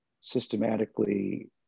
systematically